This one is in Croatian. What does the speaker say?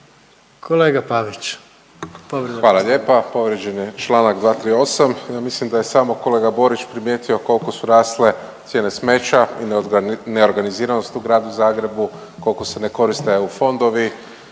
**Pavić, Marko (HDZ)** Hvala lijepa. Povrijeđen je čl. 238. Ja mislim da je samo kolega Borić primijetio koliko su rasle cijene smeća i neorganiziranosti u Gradu Zagrebu, koliko se ne koriste EU fondovi,